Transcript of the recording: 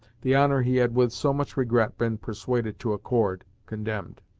the honor he had with so much regret been persuaded to accord, condemned.